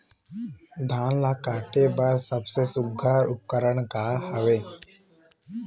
धान ला काटे बर सबले सुघ्घर उपकरण का हवए?